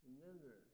remember